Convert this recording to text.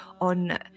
on